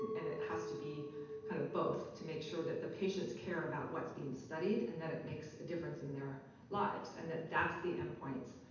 and it has to be kind of both to make sure that the patients care about what's being studied and that it makes a difference in their lives and that that's the endpoints.